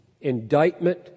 Indictment